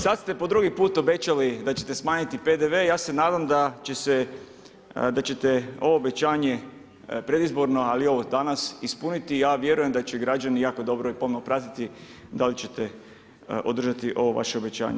Sad ste po drugi put obećali da ćete smanjiti PDV, ja se nadam da ćete ovo obećanje predizborno ali i ovo danas ispuniti, ja vjerujem da će građani jako dobro i pomno pratiti da li ćete održati ovo vaše obećanje.